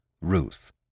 Ruth